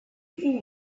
phone